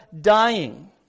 dying